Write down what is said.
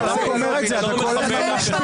נותן פרשנות גם אם אתה לא אוהב אותה.